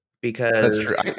because-